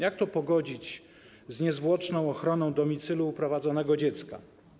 Jak to pogodzić z niezwłoczną ochroną domicylu uprowadzonego dziecka?